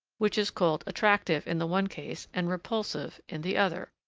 which is called attractive in the one case, and repulsive in the other.